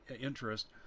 interest